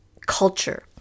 culture